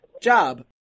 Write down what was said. job